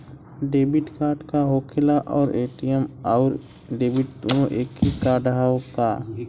Debit card का होखेला और ए.टी.एम आउर डेबिट दुनों एके कार्डवा ह का?